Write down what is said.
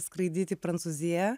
skraidyt į prancūziją